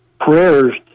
prayers